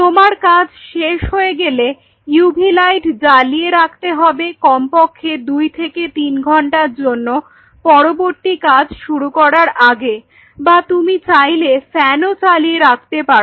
তোমার কাজ শেষ হয়ে গেলে ইউভি লাইট জ্বালিয়ে রাখতে হবে কমপক্ষে দুই থেকে তিন ঘন্টার জন্য পরবর্তী কাজ শুরু করার আগে বা তুমি চাইলে ফ্যানও চালিয়ে রাখতে পারো